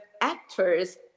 actors